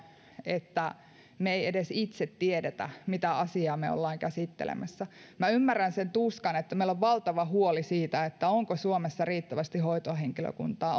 että me emme edes itse tiedä mitä asiaa me olemme käsittelemässä ymmärrän sen tuskan että meillä valtava huoli siitä onko suomessa riittävästi hoitohenkilökuntaa